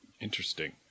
Interesting